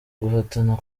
guhatana